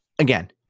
Again